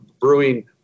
brewing